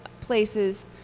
places